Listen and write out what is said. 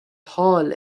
حاال